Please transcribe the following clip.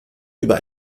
über